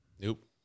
Nope